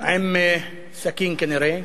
עם סכין, כנראה,